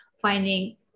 finding